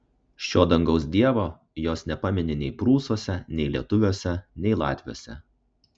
šio dangaus dievo jos nepamini nei prūsuose nei lietuviuose nei latviuose